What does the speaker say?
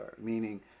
meaning